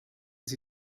sie